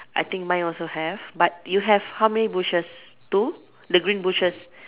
I think mine also have but you have how many bushes two the green bushes